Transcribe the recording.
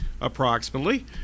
approximately